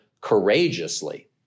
courageously